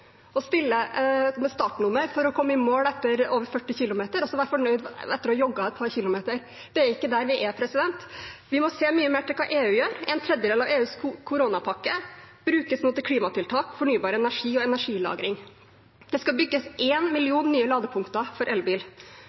med startnummer for å komme i mål etter over 40 kilometer, og så være fornøyd etter å ha jogget et par kilometer. Det er ikke der vi er. Vi må se mye mer til hva EU gjør. En tredjedel av EUs koronapakke brukes nå til klimatiltak, fornybar energi og energilagring. Det skal bygges én million nye ladepunkter for elbil.